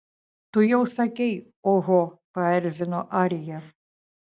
tu jau sakei oho paerzino arija